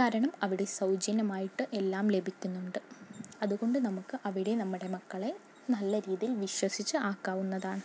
കാരണം അവിടെ സൗജന്യമായിട്ട് എല്ലാം ലഭിക്കുന്നുണ്ട് അതുകൊണ്ട് നമുക്ക് അവിടെ നമ്മുടെ മക്കളെ നല്ല രീതിയിൽ വിശ്വസിച്ച് ആക്കാവുന്നതാണ്